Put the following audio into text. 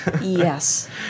yes